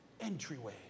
entryway